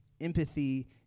empathy